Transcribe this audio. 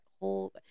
whole